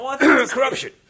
Corruption